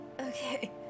Okay